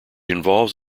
involves